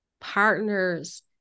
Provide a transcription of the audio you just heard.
partners